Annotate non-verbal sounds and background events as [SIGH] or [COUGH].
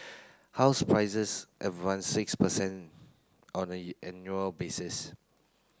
house prices advanced six per cent on the [HESITATION] an annual basis